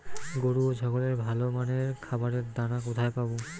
গরু ও ছাগলের ভালো মানের খাবারের দানা কোথায় পাবো?